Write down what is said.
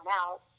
out